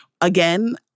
again